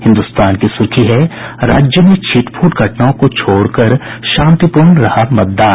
हिन्दुस्तान की सुर्खी है राज्य में छिटपुट घटनाओं को छोड़कर शांतिपूर्ण रहा मतदान